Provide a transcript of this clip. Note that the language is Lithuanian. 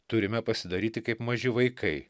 turime pasidaryti kaip maži vaikai